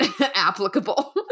applicable